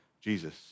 Jesus